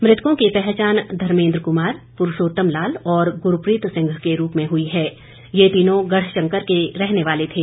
मृतकों की पहचान धर्मेद्र कुमार पुरूषोतम लाल और गुरप्रीत सिंह के रूप में हुई है ये तीनों गढ़शंकर क्षेत्र के रहने वाले थे